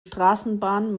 straßenbahn